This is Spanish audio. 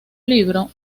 libro